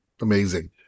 amazing